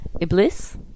Iblis